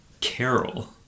Carol